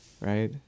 right